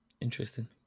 Interesting